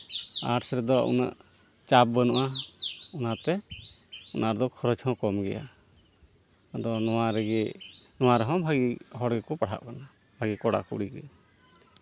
arts ᱨᱮᱫᱚ ᱩᱱᱟᱹᱜ ᱪᱟᱯ ᱵᱟᱹᱱᱩᱜᱼᱟ ᱚᱱᱟᱛᱮ ᱚᱱᱟ ᱫᱚ ᱠᱷᱚᱨᱚᱪ ᱦᱚᱸ ᱠᱚᱢ ᱜᱮᱭᱟ ᱟᱫᱚ ᱱᱚᱣᱟ ᱨᱮᱜᱮ ᱱᱚᱣᱟ ᱨᱮᱦᱚᱸ ᱵᱷᱟᱹᱜᱤ ᱦᱚᱲ ᱜᱮᱠᱚ ᱯᱟᱲᱦᱟᱜ ᱠᱟᱱᱟ ᱵᱷᱟᱹᱜᱤ ᱠᱚᱲᱟᱼᱠᱩᱲᱤᱜᱮ